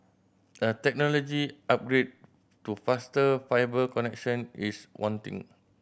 a technology upgrade to faster fibre connection is wanting